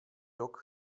rok